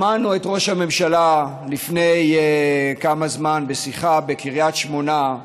שמענו את ראש הממשלה לפני כמה זמן בשיחה בקריית שמונה,